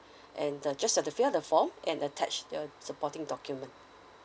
and the just the to fill up the form and attach the supporting document